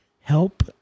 help